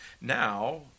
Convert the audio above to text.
Now